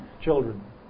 children